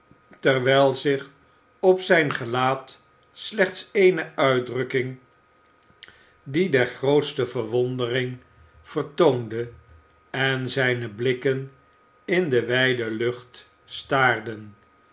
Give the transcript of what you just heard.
terwijl zich op zijn gelaat slechts eene uitdrukking die der grootste verwondering vertoonde en zijne blikken in de wijde lucht staarden